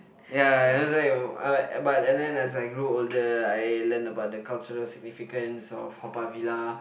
ya as like but and then as I grew older I learn about the cultural significance of Haw-Par-Villa